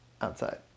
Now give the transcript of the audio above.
outside